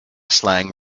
slang